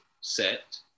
set